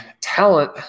talent